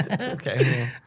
Okay